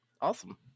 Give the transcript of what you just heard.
Awesome